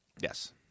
Yes